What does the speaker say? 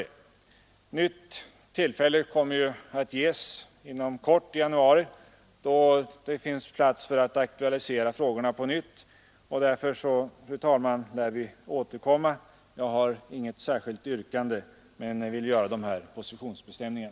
Ett nytt tillfälle att aktualisera dessa frågor kommer att ges inom kort vid den allmänna motionstiden i januari. Vi lär alltså återkomma. Fru talman! Jag har inget särskilt yrkande, men jag har velat göra dessa positionsbestämningar.